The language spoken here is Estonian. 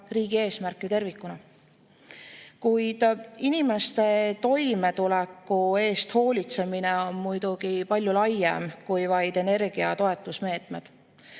riigi eesmärk ju tervikuna. Kuid inimeste toimetuleku eest hoolitsemine on muidugi palju laiem kui vaid energiatoetusmeetmed.